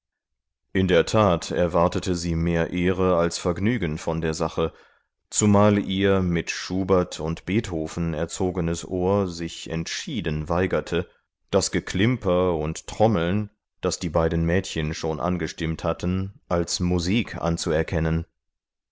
in der tat erwartete sie sich mehr ehre als vergnügen von der sache zumal ihr mit schubert und beethoven erzogenes ohr sich entschieden weigerte das geklimper und trommeln das die beiden mädchen schon angestimmt hatten als musik anzuerkennen